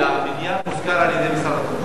והבניין מושכר על-ידי משרד התחבורה.